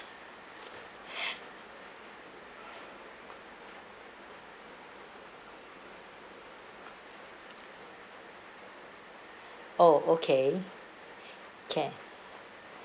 oh okay can